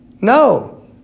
No